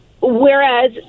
Whereas